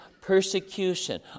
persecution